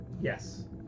Yes